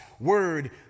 word